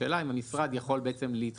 השאלה אם המשרד יכול להתחייב